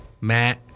Matt